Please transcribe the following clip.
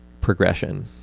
progression